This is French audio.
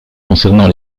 concernant